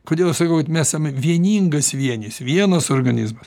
kodėl aš sakau kad me esam vieningas vienis vienas organizmas